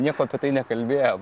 nieko apie tai nekalbėję